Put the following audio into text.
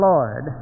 Lord